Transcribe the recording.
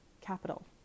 capital